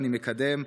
ושאני מקדם,